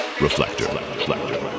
Reflector